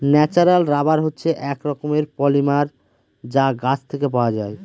natural rubber হচ্ছে এক রকমের পলিমার যা গাছ থেকে পাওয়া যায়